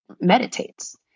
meditates